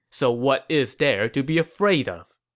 so what is there to be afraid of?